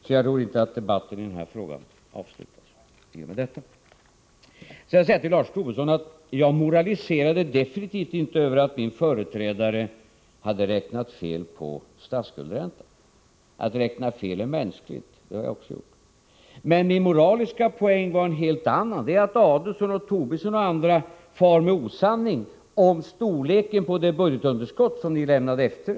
Jag tror alltså inte att debatten i den här frågan avslutas i och med detta. Sedan till Lars Tobisson: Jag moraliserade absolut inte över att min företrädare hade räknat fel på statsskuldsräntan. Att räkna fel är mänskligt, och det har jag också gjort. Min moraliska poäng var en helt annan, nämligen att herrar Adelsohn och Tobisson och andra far med osanning i fråga om storleken på det budgetunderskott som ni lämnade efter er.